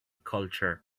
culture